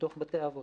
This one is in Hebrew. מתוך בתי האבות.